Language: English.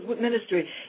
ministry